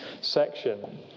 section